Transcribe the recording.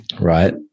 Right